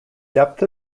depth